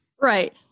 Right